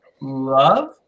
love